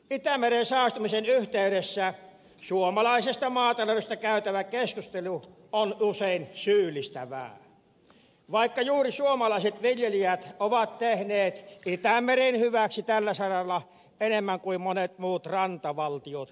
itämeren saastumisen yhteydessä suomalaisesta maataloudesta käytävä keskustelu on usein syyllistävää vaikka juuri suomalaiset viljelijät ovat tehneet itämeren hyväksi tällä saralla enemmän kuin monet muut rantavaltiot yhteensä